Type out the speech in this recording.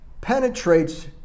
penetrates